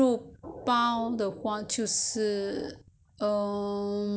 sound like stew the stew the meat